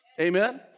amen